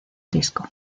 disco